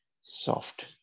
soft